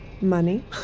Money